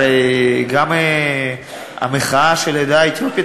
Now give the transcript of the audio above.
הרי גם המחאה של העדה האתיופית,